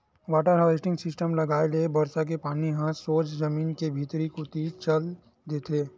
water harvesting system लगाए ले बरसा के पानी ह सोझ जमीन के भीतरी कोती म चल देथे